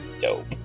dope